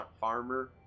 farmer